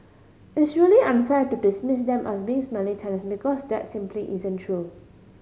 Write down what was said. it's really unfair to dismiss them as being smelly tenants because that simply isn't true